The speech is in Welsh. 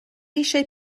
eisiau